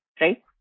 right